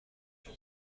elle